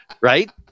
right